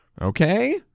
okay